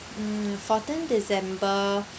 mm fourteen december